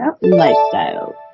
lifestyle